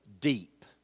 deep